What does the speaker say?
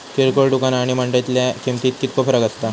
किरकोळ दुकाना आणि मंडळीतल्या किमतीत कितको फरक असता?